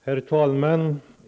Herr talman!